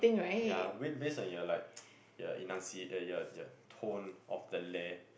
ya based on your like your enunciate your your tone of the leh